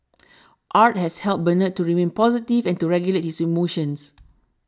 art has helped Bernard to remain positive and to regulate his emotions